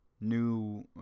new